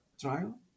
trial